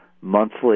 monthly